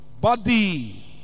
body